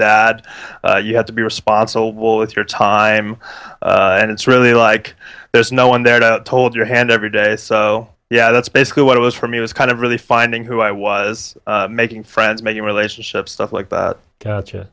and dad you have to be responsible with your time and it's really like there's no one there to hold your hand every day so yeah that's basically what it was for me was kind of really finding who i was making friends maybe relationship stuff like that